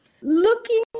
looking